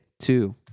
Two